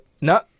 no